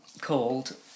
called